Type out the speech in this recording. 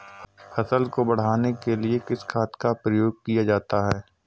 फसल को बढ़ाने के लिए किस खाद का प्रयोग किया जाता है?